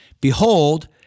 Behold